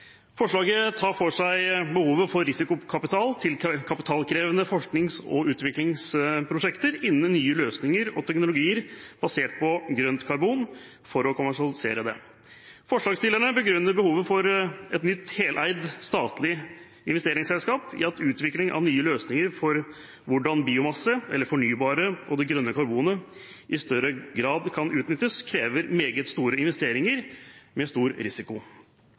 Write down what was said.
Forslaget tar for seg behovet for risikokapital til kapitalkrevende forsknings- og utviklingsprosjekter innen nye løsninger og teknologier basert på grønt karbon for å kommersialisere det. Forslagsstillerne begrunner behovet for et nytt heleid statlig investeringsselskap med at utvikling av nye løsninger for hvordan biomasse – eller det fornybare og grønne karbonet – i større grad kan utnyttes, krever meget store investeringer med stor risiko.